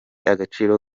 agaciro